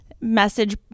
message